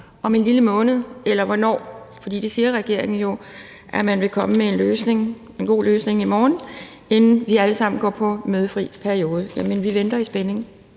om en lille måned, eller hvornår det måtte være. For regeringen siger jo, at man vil komme med en løsning – en god løsning i morgen – inden vi alle sammen går til mødefri periode. Jamen vi venter i spænding.